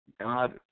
god